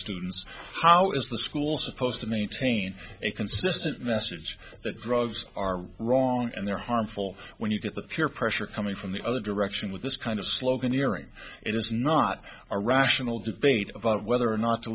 students how is the school supposed to maintain a consistent message that drugs are wrong and they're harmful when you get the peer pressure coming from the other direction with this kind of sloganeering it is not a rational debate of a whether or not to